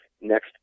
next